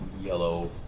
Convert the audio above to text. yellow